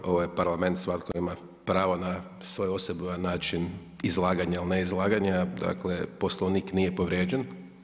Dobro, ovo je Parlament svatko ima pravo na svoj osebujan način izlaganja ili ne izlaganja, dakle Poslovnik nije povrijeđen.